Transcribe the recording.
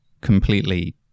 completely